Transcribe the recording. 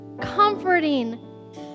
Comforting